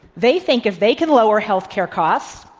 they think if they can lower healthcare costs,